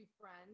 friends